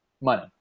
money